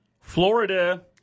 Florida